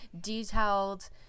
detailed